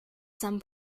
some